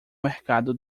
mercado